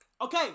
okay